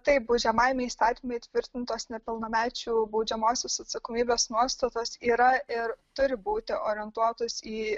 taip baudžiamajame įstatyme įtvirtintos nepilnamečių baudžiamosios atsakomybės nuostatos yra ir turi būti orientuotos į